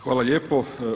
Hvala lijepo.